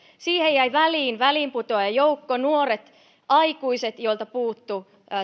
siihen väliin jäi väliinputoajajoukko nuoret aikuiset joilta puuttui